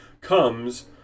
comes